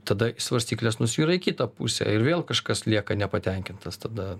tada svarstyklės nusvyra į kitą pusę ir vėl kažkas lieka nepatenkintas tada